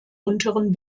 unteren